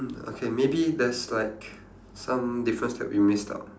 mm okay maybe there's like some difference that we missed out